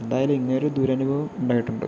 എന്തായാലും ഇങ്ങനെയൊരു ദുരനുഭവം ഉണ്ടായിട്ടുണ്ട്